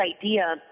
idea